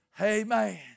Amen